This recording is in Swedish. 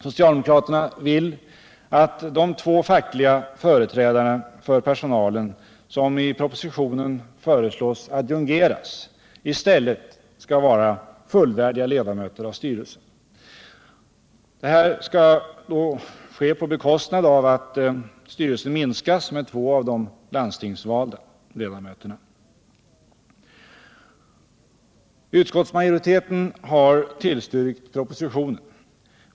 Socialdemokraterna vill att de två fackliga företrädare för personalen, som i propositionen föreslås adjungeras, i stället skall vara fullvärdiga ledamöter av styrelsen. Detta skall ske på bekostnad av att styrelsen minskas med två av de | landstingsvalda ledamöterna. Utskottsmajoriteten har tillstyrkt propositionen.